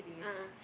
a'ah